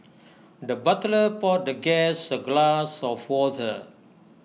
the butler poured the guest A glass of water